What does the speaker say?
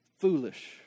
foolish